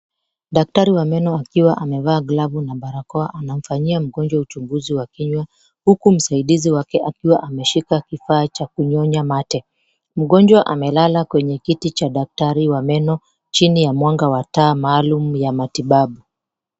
Daktari wa meno akiwa amevaa glavu na barakoa anamfanyia mgonjwa uchunguzi wa kinywa huku msaidizi wake akiwa ameshika kifaa cha kunyonya mate. Mgonjwa amelala kwenye kiti cha daktari wa meno chini ya mwanga wa taa maalum ya matibabu.